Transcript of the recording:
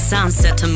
Sunset